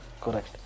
correct